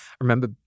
remember